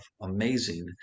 amazing